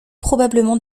probablement